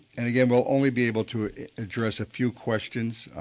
and again we will only be able to address a few questions,